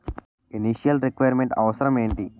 Initial requirement అవసరం ఎంటి?